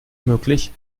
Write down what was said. möglich